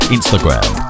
Instagram